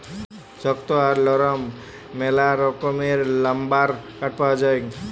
শক্ত আর লরম ম্যালা রকমের লাম্বার কাঠ পাউয়া যায়